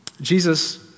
Jesus